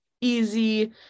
easy